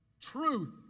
truth